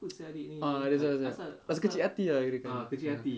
ah that's why that's why rasa kecil hati kirakan ya